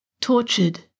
tortured